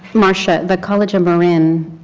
marcia the college at marin,